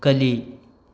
ಕಲಿ